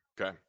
Okay